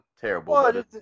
terrible